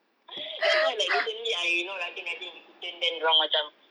that's why like recently I you know rajin-rajin in the kitchen then dia orang macam